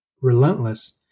relentless